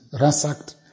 ransacked